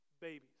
babies